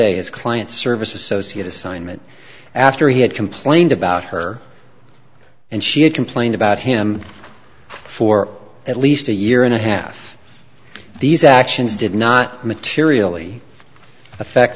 his client service associate assignment after he had complained about her and she had complained about him for at least a year and a half these actions did not materially affect